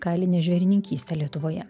kailinę žvėrininkystę lietuvoje